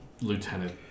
lieutenant